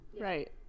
Right